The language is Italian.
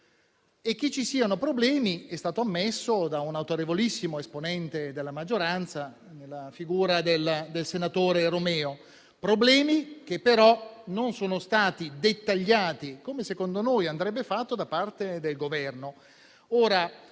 Che ci siano problemi è stato ammesso da un autorevolissimo esponente della maggioranza, nella figura del senatore Romeo; problemi che però non sono stati dettagliati, come secondo noi andrebbe fatto, da parte del Governo.